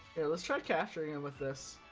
it was struck after you and with this